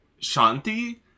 Shanti